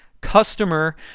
customer